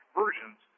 versions